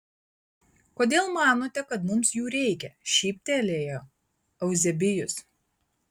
kodėl manote kad mums jų reikia šyptelėjo euzebijus